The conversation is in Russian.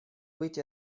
быть